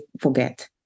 forget